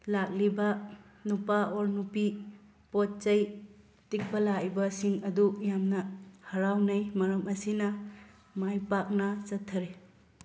ꯂꯥꯛꯂꯤꯕ ꯅꯨꯄꯥ ꯑꯣꯔ ꯅꯨꯄꯤ ꯄꯣꯠ ꯆꯩ ꯇꯤꯛꯄ ꯂꯥꯛꯏꯕꯁꯤꯡ ꯑꯗꯨ ꯌꯥꯝꯅ ꯍꯔꯥꯎꯅꯩ ꯃꯔꯝ ꯑꯁꯤꯅ ꯃꯥꯏ ꯄꯥꯛꯅ ꯆꯠꯊꯔꯤ